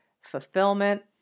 fulfillment